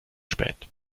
spät